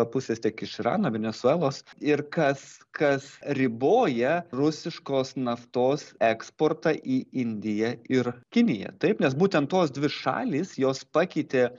pusės tiek iš irano venesuelos ir kas kas riboja rusiškos naftos eksportą į indiją ir kiniją taip nes būtent tos dvi šalys jos pakeitė